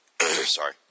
Sorry